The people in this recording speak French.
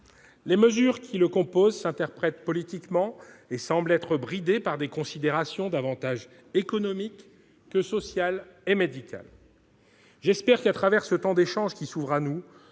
Les mesures qui le composent s'interprètent politiquement et semblent être bridées par des considérations davantage économiques que sociales et médicales. J'espère que, à travers ce temps d'échange qui s'ouvre, nous